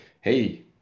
hey